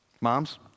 Moms